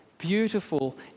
beautiful